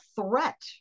threat